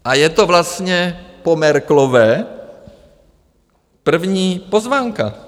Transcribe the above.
A je to vlastně po Merkelové první pozvánka.